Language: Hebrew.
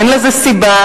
אין לזה סיבה,